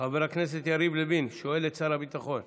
חבר הכנסת יריב לוין שואל את שר הביטחון.